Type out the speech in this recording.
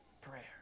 prayer